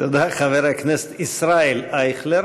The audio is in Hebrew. תודה, חבר הכנסת ישראל אייכלר.